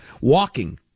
Walking